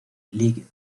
league